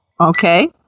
okay